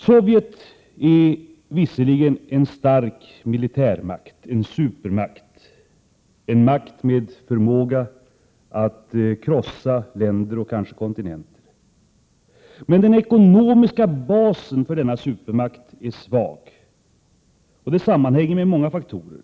Sovjet är visserligen en stark militärmakt, en supermakt, en makt med förmåga att krossa länder och kanske kontinenter. Men den ekonomiska basen för denna supermakt är svag, och det sammanhänger med många faktorer.